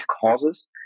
causes